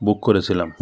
বুক করেছিলাম